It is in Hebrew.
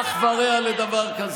מי ישמור, אין אח ורע לדבר כזה.